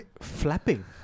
Flapping